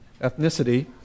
ethnicity